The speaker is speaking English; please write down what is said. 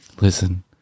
Listen